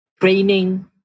training